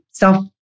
Self